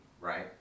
right